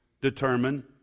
Determine